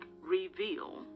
Reveal